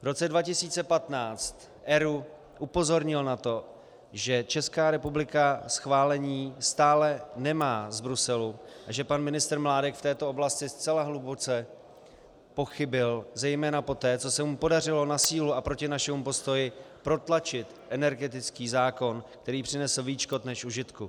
V roce 2015 ERÚ upozornil na to, že Česká republika schválení stále nemá z Bruselu a že pan ministr Mládek v této oblasti zcela hluboce pochybil, zejména poté, co se mu podařilo na sílu a proti našemu postoji protlačit energetický zákon, který přinesl více škod než užitku.